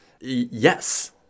Yes